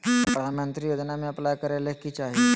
प्रधानमंत्री योजना में अप्लाई करें ले की चाही?